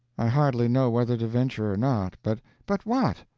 i hardly know whether to venture or not, but but what?